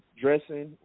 dressing